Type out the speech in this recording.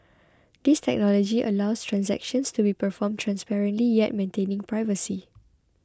this technology allows transactions to be performed transparently yet maintaining privacy